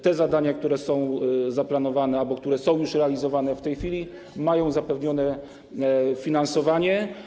Te zadania, które są zaplanowane, albo które są już realizowane w tej chwili, mają zapewnione finansowanie.